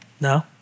No